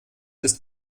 ist